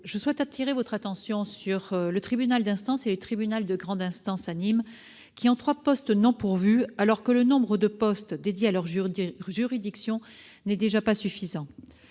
je souhaite attirer votre attention sur le tribunal d'instance et le tribunal de grande instance de Nîmes, qui ont trois postes non pourvus, alors que le nombre de postes dédiés à leurs juridictions n'est déjà pas suffisant.